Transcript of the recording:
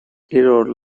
error